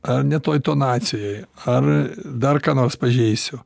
ar ne toj tonacijoj ar dar ką nors pažeisiu